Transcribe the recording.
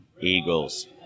Eagles